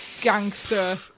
gangster